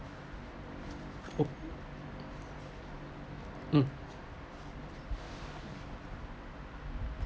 oh mm